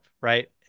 right